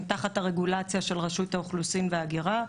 תחת הרגולציה של רשות האוכלוסין וההגירה.